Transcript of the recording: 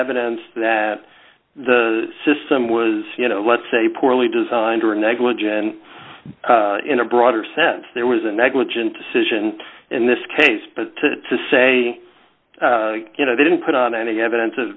evidence that the system was you know let's say poorly designed or negligent in a broader sense there was a negligent decision in this case but to say you know they didn't put on any evidence